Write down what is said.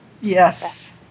yes